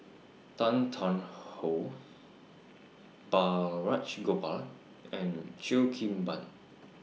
Tan Tarn How Balraj Gopal and Cheo Kim Ban